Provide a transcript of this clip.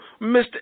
Mr